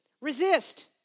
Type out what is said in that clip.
resist